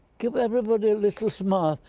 give everybody a little smile,